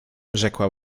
rzekła